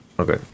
Okay